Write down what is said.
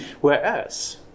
Whereas